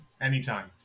anytime